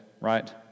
right